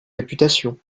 réputation